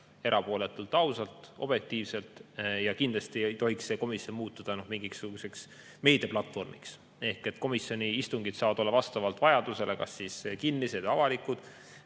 erapooletult, ausalt ja objektiivselt. Kindlasti ei tohiks see komisjon muutuda mingisuguseks meediaplatvormiks. Komisjoni istungid saavad olla vastavalt vajadusele kas kinnised või avalikud.